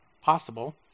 possible